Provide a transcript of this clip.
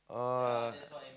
oh